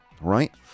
right